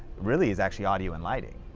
really is actually audio and lighting.